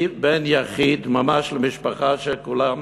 אני בן יחיד ממש למשפחה שכולם